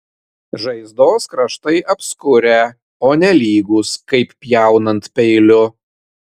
žaizdos kraštai apskurę o ne lygūs kaip pjaunant peiliu